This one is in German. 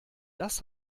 das